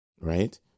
right